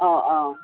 অঁ অঁ